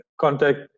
contact